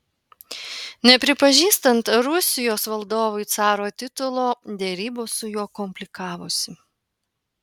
nepripažįstant rusijos valdovui caro titulo derybos su juo komplikavosi